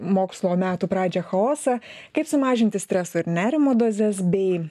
mokslo metų pradžią chaosą kaip sumažinti streso ir nerimo dozes bei